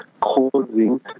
causing